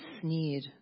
sneered